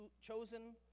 chosen